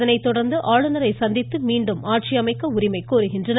இதனைத்தொடர்ந்து ஆளுநரை சந்தித்து மீண்டும் ஆட்சி அமைக்க உரிமை கோருகின்றனர்